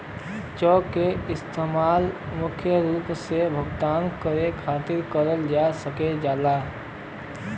check क इस्तेमाल मुख्य रूप से भुगतान करे खातिर करल जा सकल जाला